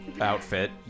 outfit